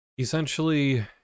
Essentially